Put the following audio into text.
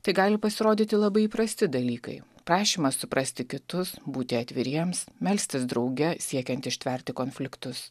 tai gali pasirodyti labai įprasti dalykai prašymas suprasti kitus būti atviriems melstis drauge siekiant ištverti konfliktus